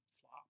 flop